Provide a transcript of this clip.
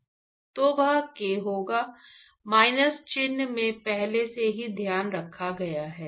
तो वह k होगा माइनस चिह्न में पहले से ही ध्यान रखा गया है